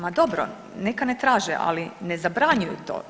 Ma dobro, neka ne traže ali ne zabranjuju to.